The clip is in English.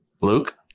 luke